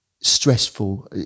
stressful